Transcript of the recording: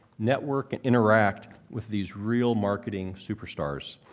network, and interact with these real marketing superstars.